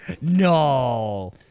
No